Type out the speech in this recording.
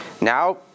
Now